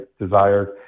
desired